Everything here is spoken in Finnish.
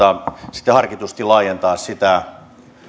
sitten harkitusti laajentaa sitä